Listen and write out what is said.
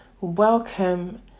welcome